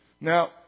Now